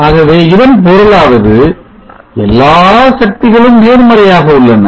ஆகவே இதன் பொருளாவது எல்லா சக்திகளும் நேர்மறையாக உள்ளன